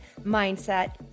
mindset